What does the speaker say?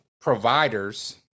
providers